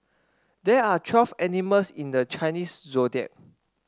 there are twelve animals in the Chinese Zodiac